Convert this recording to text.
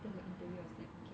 the interview I was like okay